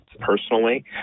Personally